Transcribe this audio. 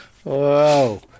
Whoa